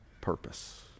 purpose